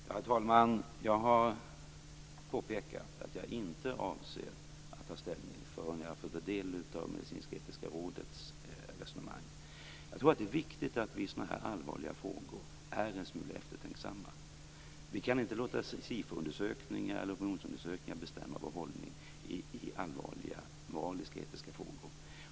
Herr talman! Jag har påpekat att jag inte avser att ta ställning förrän jag har fått ta del av Medicinsketiska rådets resonemang. Jag tror att det är viktigt att vi i sådana här allvarliga frågor är en smula eftertänksamma. Vi kan inte låta en SIFO-undersökning eller andra opinionsundersökningar bestämma vår hållning i allvarliga moraliska och etiska frågor.